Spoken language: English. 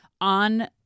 on